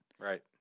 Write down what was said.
Right